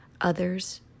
Others